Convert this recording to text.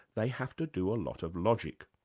they have to do a lot of logic.